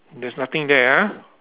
there's nothing there ah